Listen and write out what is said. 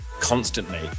constantly